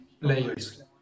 Layers